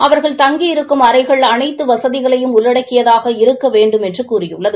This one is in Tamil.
அவர்கள் தங்கி இருக்கும் அறைகள் அளைத்து வசதிகளையும் உள்ளடக்கியதாக இருக்க வேண்டுமென்றும் கூறியுள்ளது